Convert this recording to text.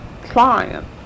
client